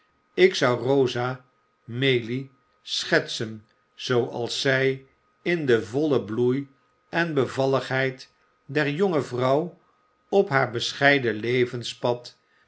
ik zou rosa maylie schetsen zooals zij in den vollen bloei en bevalligheid der jonge vrouw op haar bescheiden levenspad